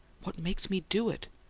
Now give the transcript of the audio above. what makes me do it?